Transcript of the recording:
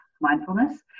mindfulness